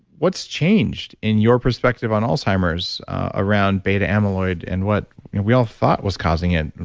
what's changed in your perspective on alzheimer's around beta amyloid and what we all thought was causing it?